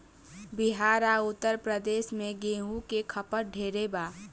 बिहार आ उत्तर प्रदेश मे गेंहू के खपत ढेरे बा